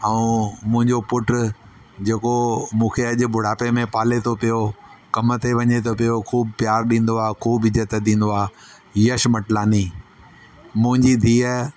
ऐं मुंहिंजो पुट जेको मूंखे अॼु ॿुढ़ापे में पाले थो पियो कम ते वञे थो पियो खूब प्यार ॾींदो आहे खूब इज़तु ॾींदो आहे यश मटलानी मुंहिजी धीअ